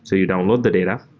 so you download the data.